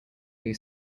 blue